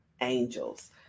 angels